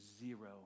zero